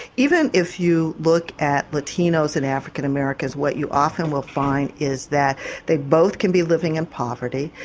even if you look at latinos and african americans, what you often will find is that they both can be living in poverty,